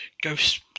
ghost